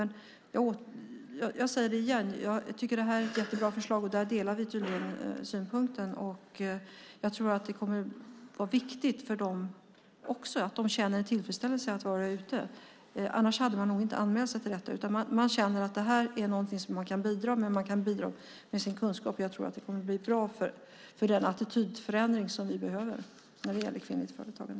Jag säger det igen: Jag tycker att det här är ett jättebra förslag, och den synpunkten delar vi tydligen. Jag tror att det kommer att vara viktigt för dem också och att de kommer att känna tillfredsställelse över att vara ute, annars hade de nog inte anmält sig till detta. Man känner att det här är något man kan bidra till med sin kunskap. Jag tror att det kommer att bli bra för den attitydförändring som vi behöver när det gäller kvinnors företagande.